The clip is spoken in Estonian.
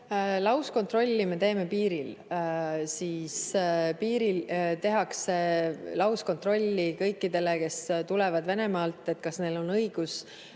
Lauskontrolli me teeme piiril. Piiril tehakse lauskontrolli kõikidele, kes tulevad Venemaalt, et kas neil on õiguslik